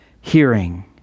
hearing